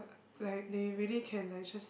like they really can like just